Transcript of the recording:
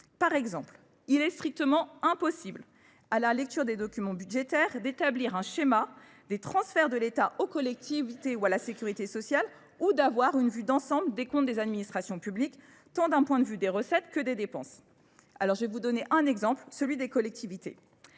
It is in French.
Par exemple, il est strictement impossible à la lecture des documents budgétaires d'établir un schéma des transferts de l'État aux collectivités ou à la sécurité sociale ou d'avoir une vue d'ensemble des comptes des administrations publiques tant d'un point de vue des recettes que des dépenses. Alors je vais vous donner un exemple, celui des collectivités.